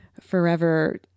forever